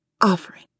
Offering